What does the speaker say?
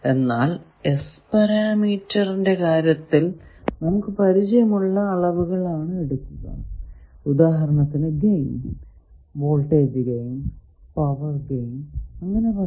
എന്നാൽ S പരാമീറ്ററിന്റെ കാര്യത്തിൽ നമുക്ക് പരിചയമുള്ള അളവുകൾ ആണ് എടുക്കുക ഉദാഹരണത്തിന് gain voltage gain power gain അങ്ങനെ പലതും